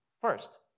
First